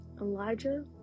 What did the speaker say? Elijah